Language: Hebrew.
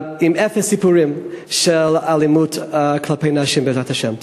עם אפס סיפורים על אלימות כלפי נשים, בעזרת השם.